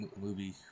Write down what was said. movie